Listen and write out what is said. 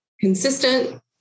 consistent